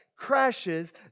crashes